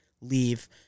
leave